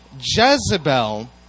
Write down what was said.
Jezebel